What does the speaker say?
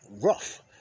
rough